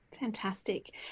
Fantastic